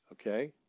Okay